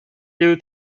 due